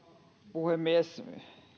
puhemies